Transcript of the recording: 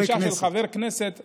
פגישה עם חבר כנסת,